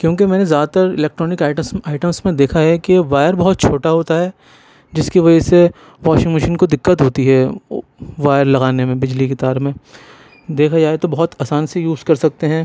کیوں کہ میں نے زیادہ تر الیکٹرانک آئٹمس میں دیکھا ہے کی وائر بہت چھوٹا ہوتا ہے جس کی وجہ سے واشنگ مشین کو دقت ہوتی ہے وائر لگانے میں بجلی کے تار میں دیکھا جائے تو بہت آسان سی یوز کر سکتے ہیں